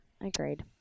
Agreed